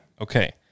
Okay